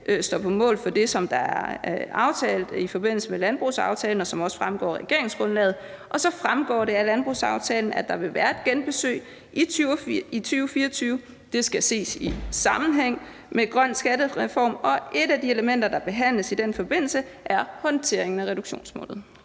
står på mål for det, der er aftalt i forbindelse med landbrugsaftalen, og det, der fremgår af regeringsgrundlaget. Så fremgår det også af landbrugsaftalen, at der vil være et genbesøg i 2024. Det skal ses i sammenhæng med grøn skattereform, og et af de elementer, der behandles i den forbindelse, er håndteringen af reduktionsmålet.